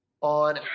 on